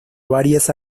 varias